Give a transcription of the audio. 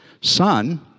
son